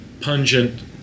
pungent